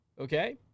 okay